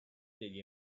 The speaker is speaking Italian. degli